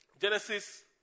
Genesis